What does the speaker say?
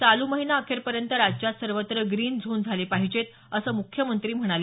चालू महिना अखेरपर्यंत राज्यात सर्वत्र ग्रीन झोन झाले पाहिजेत असं मुख्यमंत्री म्हणाले